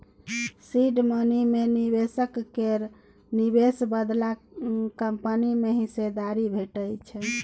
seed money मे निबेशक केर निबेश बदला कंपनी मे हिस्सेदारी भेटै छै